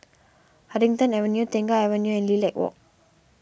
Huddington Avenue Tengah Avenue and Lilac Walk